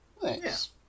Thanks